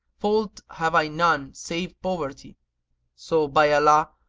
fault have i none save poverty so, by allah,